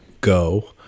go